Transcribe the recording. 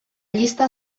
llista